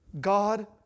God